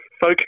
folk